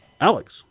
Alex